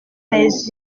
mes